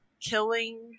killing